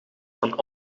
van